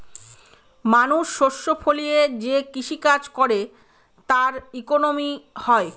মানুষ শস্য ফলিয়ে যে কৃষি কাজ করে তার ইকোনমি হয়